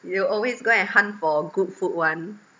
you'll always go and hunt for good food [one]